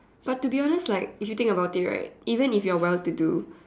but to be honest like if you think about it right even if you are well to do